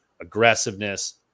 aggressiveness